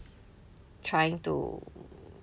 trying to